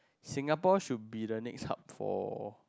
Singapore should be the next hub for